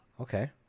Okay